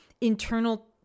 internal